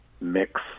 mix